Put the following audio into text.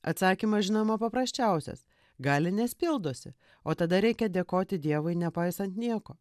atsakymas žinoma paprasčiausias gali nes pildosi o tada reikia dėkoti dievui nepaisant nieko